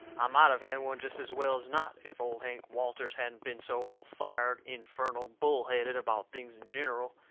i might of had one jest as well as not if old hank walters hadn't been so all-fired, infernal bull-headed about things in gineral,